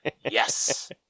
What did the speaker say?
yes